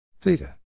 Theta